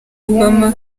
obama